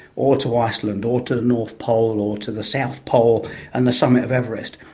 or to iceland, or to the north pole or to the south pole and the summit of everest.